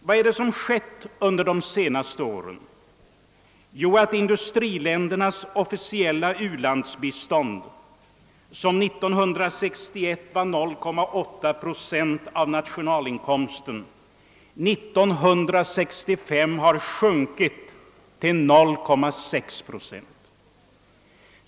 Vad är det som skett under de senaste åren? Jo, att industriländernas officiella u-landsbistånd, som år 1961 var 0,8 procent av nationalinkomsten, år 1965 hade sjunkit till 0,6 procent.